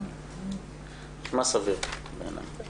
חבר הכנסת